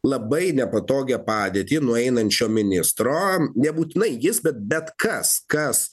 labai nepatogią padėtį nueinančio ministro nebūtinai jis bet bet kas kas